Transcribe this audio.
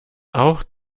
auch